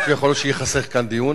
יכול להיות שייחסך כאן דיון,